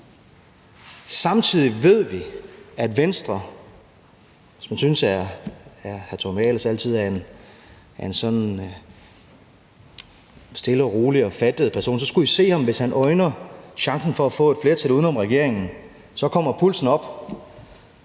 pludselig også et problem. Hvis man synes, at hr. Tommy Ahlers altid er en stille og rolig og fattet person, skulle I se ham, hvis han øjner chancen for at få et flertal uden om regeringen. Så kommer pulsen op.